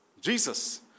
Jesus